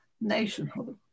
nationhood